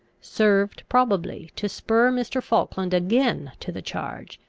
served probably to spur mr. falkland again to the charge,